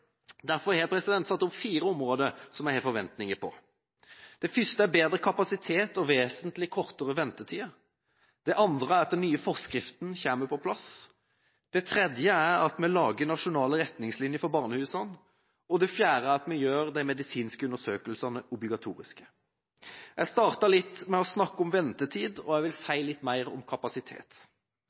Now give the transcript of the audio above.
Derfor har jeg satt opp fire områder jeg har forventninger på: Det første er bedre kapasitet og vesentlig kortere ventetider; det andre er at den nye forskriften kommer på plass; det tredje er at vi lager nasjonale retningslinjer for barnehusene, og det fjerde er at vi gjør de medisinske undersøkelsene obligatoriske. Jeg innledet med å snakke om ventetid, og jeg vil si litt mer om kapasitet.